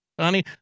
honey